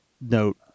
note